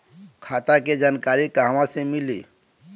खाता के जानकारी कहवा से मिली?